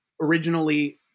originally